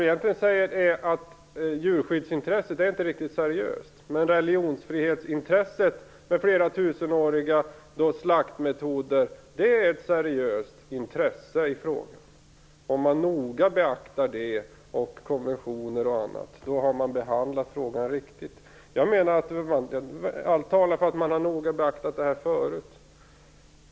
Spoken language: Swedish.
Egentligen säger hon att djurskyddsintresset inte är någonting seriöst men att religionsfriheten med tusenåriga slaktmetoder är ett seriöst intresse. Om man noga beaktar detta, konventioner och annat, då har man behandlat frågan riktigt. Jag menar att allt talar för att man noga behandlat detta förut.